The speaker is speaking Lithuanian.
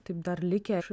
taip dar likę